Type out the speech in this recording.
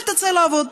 אל תצא לעבוד.